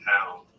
town